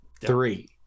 three